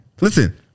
listen